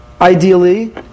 ideally